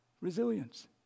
Resilience